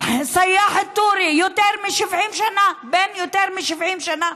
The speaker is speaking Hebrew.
סיאח א-טורי, בן יותר מ-70 שנה,